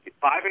five